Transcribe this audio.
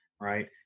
right